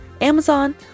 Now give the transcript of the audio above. Amazon